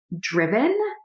driven